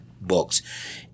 books